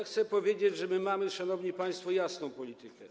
Chcę powiedzieć, że mamy, szanowni państwo, jasną politykę.